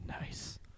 Nice